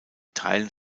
teilen